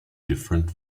different